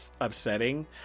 upsetting